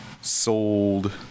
sold